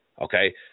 Okay